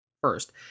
First